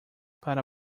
para